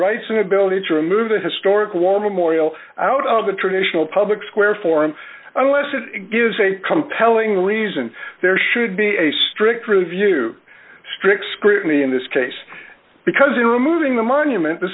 rights and ability to remove the historical war memorial out of the traditional public square form unless it gives a compelling reason there should be a strict proview strict scrutiny in this case because in removing the monument the